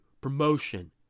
promotion